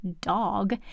dog